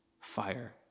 fire